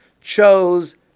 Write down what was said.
chose